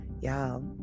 y'all